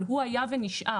אבל הוא היה ונשאר.